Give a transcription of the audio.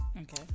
Okay